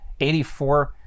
84